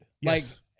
Yes